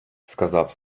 сказав